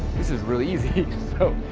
this is real easy! so,